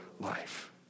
life